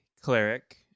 cleric